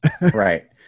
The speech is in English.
Right